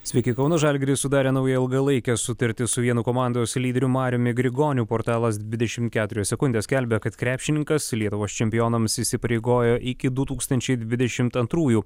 sveiki kauno žalgiris sudarė naują ilgalaikę sutartį su vienu komandos lyderiu mariumi grigoniu portalas dvidešim keturios sekundės skelbia kad krepšininkas lietuvos čempionams įsipareigojo iki du tūkstančiai dvidešimt antrųjų